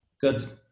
Good